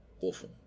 awful